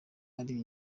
ari